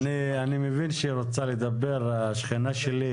אני מבין שרוצה לדבר השכנה שלי.